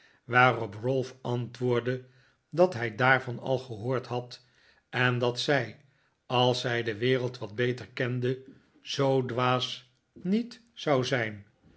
waarop ralph antwoordde dat hij daarvan al gehoord had en dat zij als zij de wereld wat beter kende zoo dwaas niet zou zijn